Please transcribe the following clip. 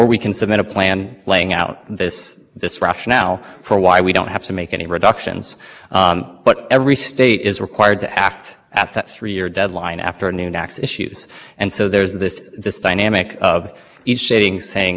forty eight to seventy one of the federal register pages join panix three forty three forty one because these frame the tensions that the difference between using uniform costs and the difference between using